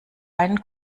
einen